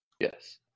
Yes